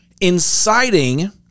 inciting